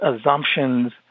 assumptions